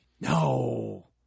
No